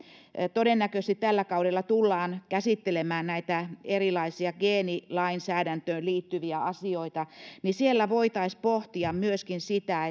todennäköisesti tällä kaudella tullaan käsittelemään näitä erilaisia geenilainsäädäntöön liittyviä asioita niin siellä voitaisiin pohtia myöskin sitä